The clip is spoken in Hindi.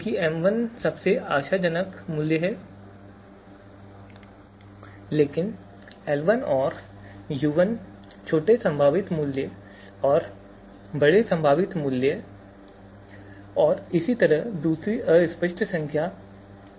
क्योंकि m1 सबसे आशाजनक मूल्य है लेकिन l1 और u1 छोटे संभावित मूल्य और बड़े संभावित मूल्य हैं और इसी तरह दूसरी अस्पष्ट संख्या के लिए भी S2 है